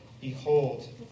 Behold